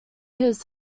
his